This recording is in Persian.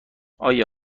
آیا